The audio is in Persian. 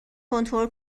کنترل